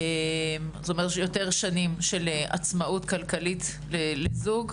וזה אומר שיש יותר שנים של עצמאות כלכלית לזוג.